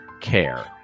care